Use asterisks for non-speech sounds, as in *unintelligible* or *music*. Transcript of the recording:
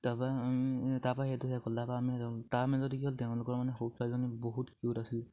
*unintelligible*